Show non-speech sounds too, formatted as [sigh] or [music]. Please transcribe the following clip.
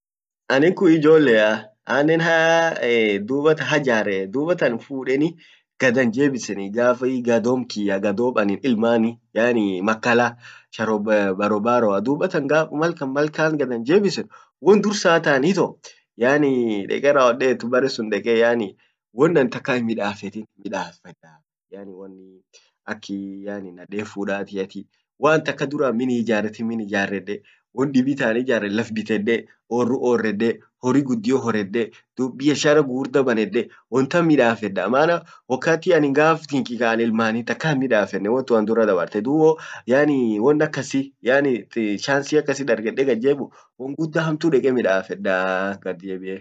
anin kun ijjolea annen hae dubatan hajare dubattan fudeni gad an jebiseni dubatan gafii gadom kiyya gaddom annin ilmani yaani makala sharo [hesitation] barobaroa, dubatan gaf malk malkant gad an jebisen won dursa taan ito yaani deke rawwodet bare sun deke yaani won an takka hin midafetin midassa aki min ijaretin naden fudatiati waan takka duran min hiijaretin min ijaredde won dibi taan ijarred laf bitedde, orruorrede horri guddio harede dub biashara guddio banedde wontan midafedaa, maana wakati anin gaf kinki kaanin ilmani takka himmidafetin won tun an dura dabartedub wo yaani won akasi chansi akasi dargedde gad jebbiu won gudda hamtu deke midaffedaaa.